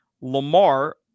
Lamar